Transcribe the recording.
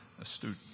astute